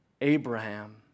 Abraham